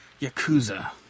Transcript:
Yakuza